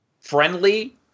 friendly